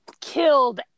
killed